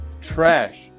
trash